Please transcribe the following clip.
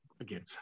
again